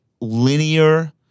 linear